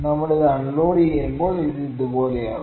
നമ്മൾ ഇത് അൺലോഡുചെയ്യുമ്പോൾ ഇത് ഇതുപോലെയാകും